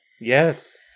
yes